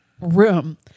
room